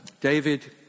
david